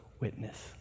witness